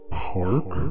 park